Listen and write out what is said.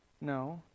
No